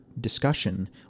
discussion